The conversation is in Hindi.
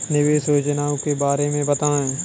निवेश योजनाओं के बारे में बताएँ?